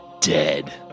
Dead